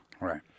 Right